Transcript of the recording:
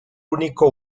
único